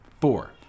Four